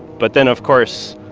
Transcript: but then, of course,